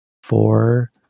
four